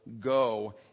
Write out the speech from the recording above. go